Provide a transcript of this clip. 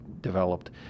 developed